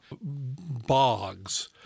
bogs